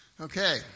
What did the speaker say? Okay